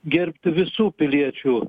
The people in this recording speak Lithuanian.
gerbti visų piliečių